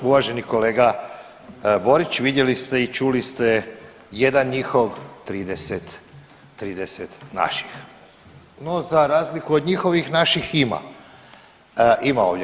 Uvaženi kolega Borić, vidjeli ste i čuli ste jedan njihov, 30, 30 naših, no za razliku od njihovih naših ima, ima ovdje.